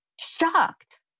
shocked